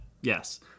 Yes